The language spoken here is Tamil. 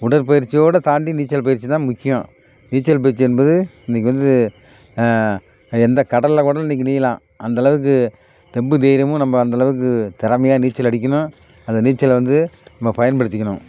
உடற்பயிற்சியோடு தாண்டி நீச்சல் பயிற்சி தான் முக்கியம் நீச்சல் பயிற்சி என்பது இன்னைக்கு வந்து எந்த கடலில் கூட இன்னைக்கு நீயலாம் அந்தளவுக்கு தெம்பு தைரியமும் நம்ம அந்தளவுக்கு திறமையா நீச்சல் அடிக்கணும் அந்த நீச்சலை வந்து நம்ம பயன்படுத்திக்கணும்